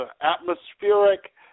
atmospheric